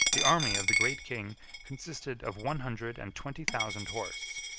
the army of the great king consisted of one hundred and twenty thousand horse,